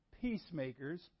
peacemakers